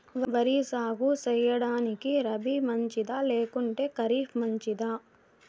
వరి సాగు సేయడానికి రబి మంచిదా లేకుంటే ఖరీఫ్ మంచిదా